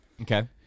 Okay